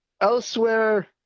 Elsewhere